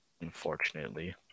Unfortunately